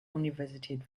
universität